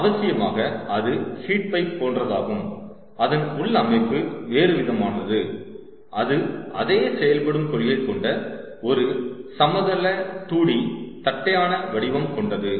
ஆகையால்அவசியமாக அது heat pipe போன்றதாகும் அதன் உள்ளமைப்பு வேறுவிதமானது அது அதே செயல்படும் கொள்கை கொண்ட ஒரு சமதள 2d தட்டையான வடிவம் கொண்டது